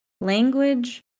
language